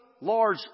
large